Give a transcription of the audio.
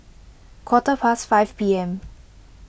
quarter past five P M